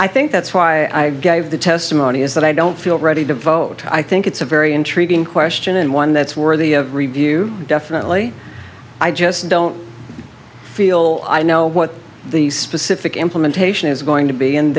i think that's why i gave the testimony is that i don't feel ready to vote i think it's a very intriguing question and one that's worthy of review definitely i just don't feel i know what the specific implementation is going to be and